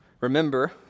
Remember